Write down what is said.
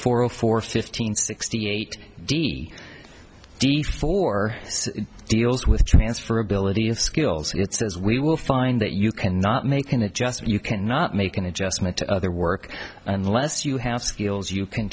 a four fifteen sixty eight d d four deals with transferability of skills and it says we will find that you cannot make an adjustment you cannot make an adjustment to other work unless you have skills you can